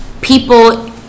people